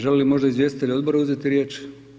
Žele li možda izvjestitelji odbora uzeti riječ?